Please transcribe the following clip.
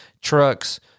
trucks